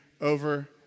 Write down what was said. over